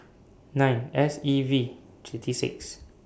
nine S E V thirty six